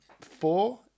four